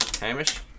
Hamish